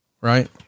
Right